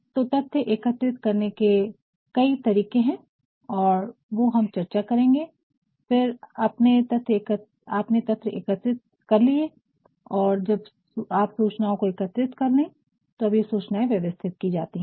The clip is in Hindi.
तो तथ्य एकत्रित करने के कई तरीके है वो हम चर्चा करेंगे और फिर आपने तथ्य एकत्रित कर लिए और जब आप सूचनाओं को एकत्रित कर ले तो अब ये सूचनाएं व्यवस्थित की जाती है